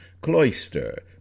cloister